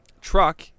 truck